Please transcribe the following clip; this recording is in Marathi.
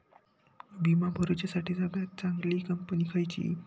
विमा भरुच्यासाठी सगळयात चागंली कंपनी खयची?